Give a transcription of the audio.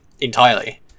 entirely